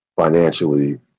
financially